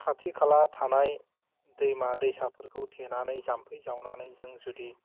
खाथि खाला थानाय दैमा दैसाफोरखौ थेनानै जाम्फै जावनानै जों जुदि